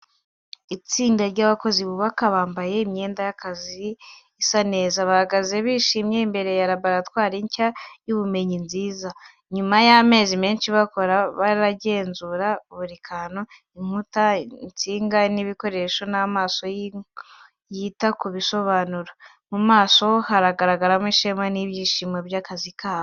Itsinda ry’abakozi bubaka, bambaye imyenda y’akazi isa neza, bahagaze bishimye imbere muri laboratwari nshya y’ubumenyi nziza. Nyuma y’amezi menshi bakora, baragenzura buri kantu: inkuta, insinga n’ibikoresho n’amaso yita ku bisobanuro. Mu maso habagaragaraho ishema n’ibyishimo by’akazi kabo.